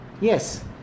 Yes